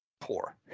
poor